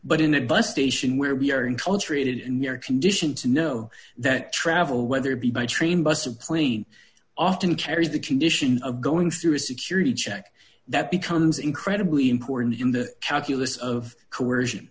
but in a bus station where we are in culture and in air conditioned to know that travel whether be by train bus or plane often carries the condition of going through a security check that becomes incredibly important in the calculus of corrosion